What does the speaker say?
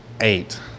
eight